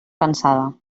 cansada